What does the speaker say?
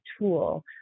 tool